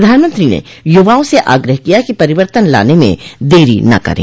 प्रधानमंत्री ने युवाओं से आग्रह किया कि परिवर्तन लाने में देरी न करें